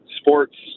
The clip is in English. sports